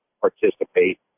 participate